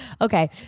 Okay